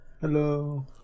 hello